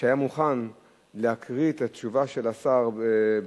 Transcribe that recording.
שהיה מוכן להקריא את התשובה של השר בכתב.